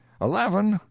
Eleven